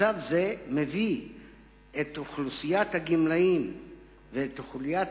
מצב זה מביא את אוכלוסיית הגמלאים ואת אוכלוסיית